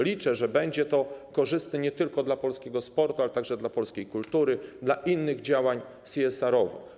Liczę, że będzie to korzystne nie tylko dla polskiego sportu, ale także dla polskiej kultury, dla innych działań CSR-owych.